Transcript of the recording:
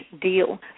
deal